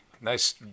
nice